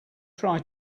try